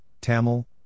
Tamil